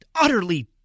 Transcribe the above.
utterly